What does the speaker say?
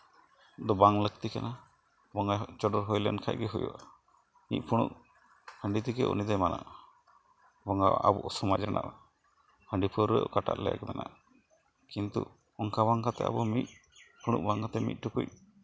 ᱫᱚ ᱵᱟᱝ ᱞᱟᱹᱠᱛᱤ ᱠᱟᱱᱟ ᱵᱚᱸᱜᱟ ᱪᱚᱰᱚᱨ ᱦᱩᱭ ᱞᱮᱱᱠᱷᱟᱱ ᱜᱮ ᱦᱩᱭᱩᱜᱼᱟ ᱢᱤᱫ ᱯᱷᱩᱲᱩᱜ ᱦᱟᱺᱰᱤ ᱛᱮᱜᱮ ᱩᱱᱤᱫᱚᱭ ᱢᱟᱱᱟᱜᱼᱟ ᱵᱚᱸᱜᱟ ᱟᱵᱚ ᱥᱚᱢᱟᱡᱽ ᱨᱮᱱᱟᱜ ᱦᱟᱺᱰᱤ ᱯᱟᱹᱣᱨᱟᱹ ᱚᱠᱟᱴᱟᱜ ᱞᱮᱠ ᱢᱮᱱᱟᱜᱼᱟ ᱠᱤᱱᱛᱩ ᱚᱱᱠᱟ ᱵᱟᱝ ᱠᱟᱛᱮᱫ ᱟᱵᱚ ᱢᱤᱫ ᱯᱷᱩᱲᱩᱜ ᱵᱟᱝ ᱠᱟᱛᱮᱫ ᱢᱤᱫ ᱴᱩᱠᱩᱡ